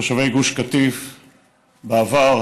תושבי גוש קטיף בעבר,